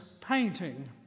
painting